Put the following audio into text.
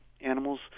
animals